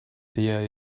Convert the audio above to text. der